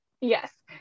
Yes